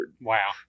Wow